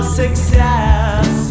success